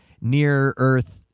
near-Earth